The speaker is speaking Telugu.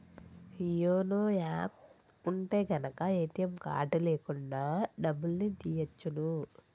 యోనో యాప్ ఉంటె గనక ఏటీఎం కార్డు లేకున్నా డబ్బుల్ని తియ్యచ్చును